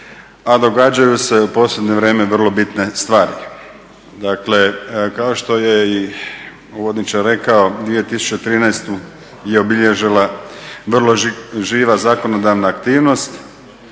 A događaju se u posljednje vrijeme vrlo bitne stvari. Dakle, kao što je i uvodničar rekao, 2013. je obilježila vrlo živa zakonodavna aktivnost